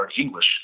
English